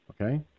Okay